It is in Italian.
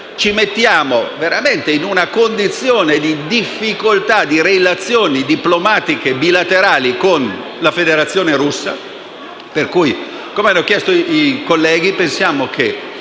ci mettiamo veramente in una condizione di difficoltà di relazioni diplomatiche bilaterali con la Federazione russa. Pertanto chiediamo, come hanno